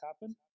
happen